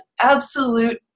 absolute